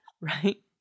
right